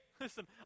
listen